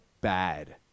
bad